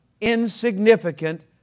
insignificant